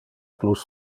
plus